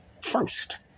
first